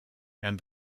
and